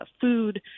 food